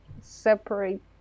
separate